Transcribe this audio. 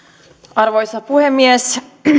arvoisa puhemies